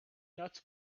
nuts